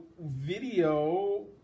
video